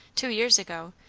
two years ago,